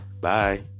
Bye